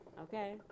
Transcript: Okay